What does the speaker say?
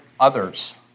others